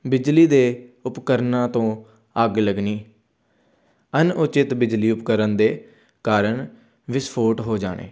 ਬਿਜਲੀ ਦੇ ਉਪਕਰਨਾਂ ਤੋਂ ਅੱਗ ਲੱਗਣੀ ਅਨਉਚਿਤ ਬਿਜਲੀ ਉਪਕਰਨ ਦੇ ਕਾਰਨ ਵਿਸਫੋਟ ਹੋ ਜਾਣੇ